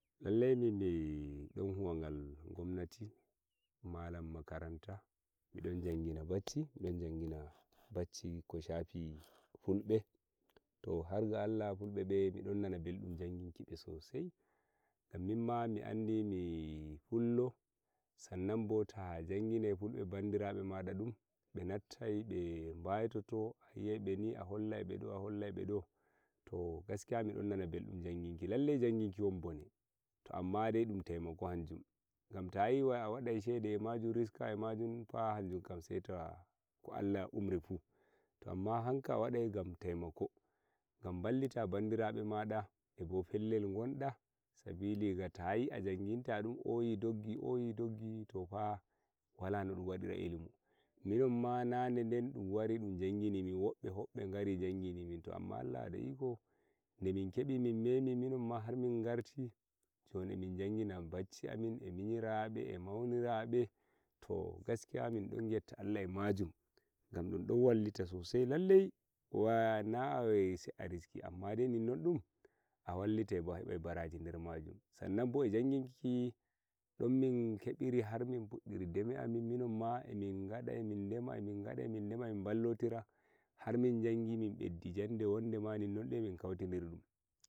lalle min de don huwa gal gwamnati malam makaranta min don jangina bacci midon jangina bacci ko shafi fulbe to har ga Allah fulbe mi don nana mbeldum janginki be sosai gammi ma mi anda mi pullo san nan bo ta janginki fulbe bandirabe men fu be nattai be be'i to to a yi ai mi ni a hollabe do to gaskiya midon nana beldum janginki lallai janginki won bone to amma dai dum taimako hanjum gam ta yi a wadai shede eh majum riska eh majum fa hanjum tan sai to Allah amma hankam a wadai gam taimako bandirabe mada eh bo fellere gonda sabilige tayi a janginta dum oyi doggi to fa wala dum wadira ilimi minon ma nane dum wari dum jangini min wobbe hobbe jangini min to amma Allah da iko nde min kebi min memi minon ma har min ngarti joni e min jangina bacci amin e minyirabe eh maunirabe to gaskiya min don getta Allah eh majum gam dum don wada hollita sosai lallai wa'i na sai a riski amma dai eh minon dum a wallitai bo a hebai baraji nder majum san nan bo eh jangin ki domin kebiri har min fuddiri deme amin ma emin gada emin dema emin ballotira har min jangini meddi jange wande ma don ni min kaitiriti